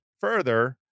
further